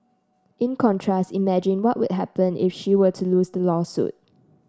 in contrast imagine what would happen if she were to lose the lawsuit